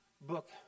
book